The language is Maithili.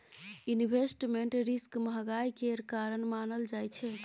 इंवेस्टमेंट रिस्क महंगाई केर कारण मानल जाइ छै